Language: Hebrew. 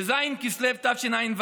בז' בכסלו תשע"ו,